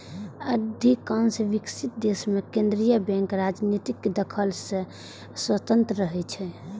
अधिकांश विकसित देश मे केंद्रीय बैंक राजनीतिक दखल सं स्वतंत्र रहै छै